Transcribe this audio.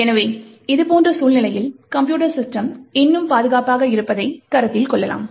எனவே இதுபோன்ற சூழ்நிலையில் கம்ப்யூட்டர் சிஸ்டம் இன்னும் பாதுகாப்பாக இருப்பதைக் கருத்தில் கொள்ளலாம்